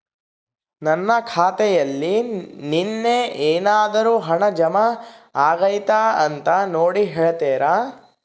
ನನ್ನ ಖಾತೆಯಲ್ಲಿ ನಿನ್ನೆ ಏನಾದರೂ ಹಣ ಜಮಾ ಆಗೈತಾ ಅಂತ ನೋಡಿ ಹೇಳ್ತೇರಾ?